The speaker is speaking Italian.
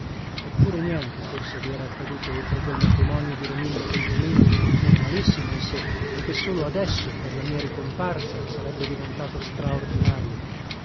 eppure niente forse vi era accaduto oltre quel matrimonio di romilda con pomino normalissimo in sé e che solo adesso per la mia ricomparsa sarebbe diventato straordinario